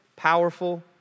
powerful